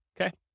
Okay